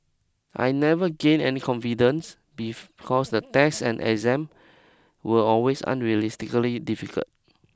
I never gained any confidence beef cause the test and exam were always unrealistically difficult